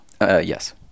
yes